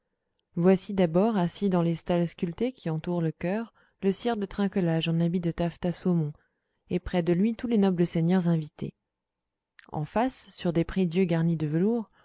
voici d'abord assis dans les stalles sculptées qui entourent le chœur le sire de trinquelage en habit de taffetas saumon et près de lui tous les nobles seigneurs invités en face sur des prie-dieu garnis de velours